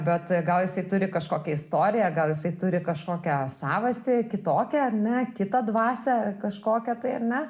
bet gal jisai turi kažkokią istoriją gal jisai turi kažkokią savastį kitokią ar ne kitą dvasią kažkokią tai ar ne